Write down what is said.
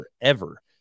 forever